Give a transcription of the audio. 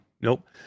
nope